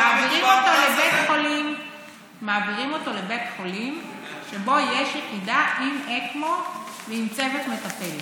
מעבירים אותו לבית חולים שבו יש יחידה עם אקמו ועם צוות מטפל.